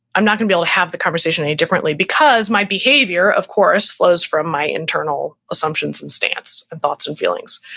i'm not going to be able to have the conversation any differently, because my behavior of course flows from my internal assumptions and stance and thoughts and feelings.